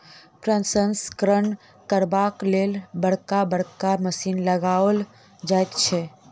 प्रसंस्करण करबाक लेल बड़का बड़का मशीन लगाओल जाइत छै